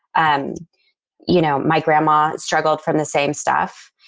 um you know, my grandma struggled from the same stuff.